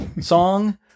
song